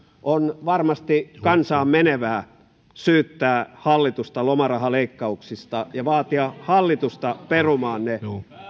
on varmasti kansaan menevää syyttää hallitusta lomarahaleikkauksista ja vaatia hallitusta perumaan ne